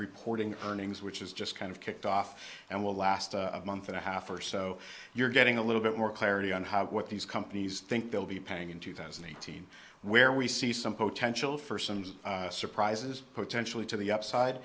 reporting earnings which is just kind of kicked off and will last a month and a half or so you're getting a little bit more clarity on what these companies think they'll be paying in two thousand and thirteen where we see some potential for some surprises potentially to the upside